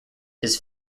his